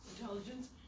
intelligence